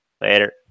later